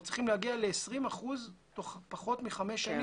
אנחנו צריכים להגיע ל-20% תוך פחות מחמש שנים.